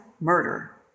murder